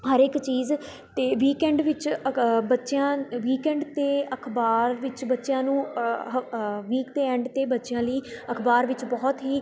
ਹਰ ਇੱਕ ਚੀਜ਼ ਅਤੇ ਵੀਕਐਂਡ ਵਿੱਚ ਕ ਬੱਚਿਆਂ ਵੀਕਐਂਡ 'ਤੇ ਅਖ਼ਬਾਰ ਵਿੱਚ ਬੱਚਿਆਂ ਨੂੰ ਹ ਵੀਕ 'ਤੇ ਐਂਡ 'ਤੇ ਬੱਚਿਆਂ ਲਈ ਅਖ਼ਬਾਰ ਵਿੱਚ ਬਹੁਤ ਹੀ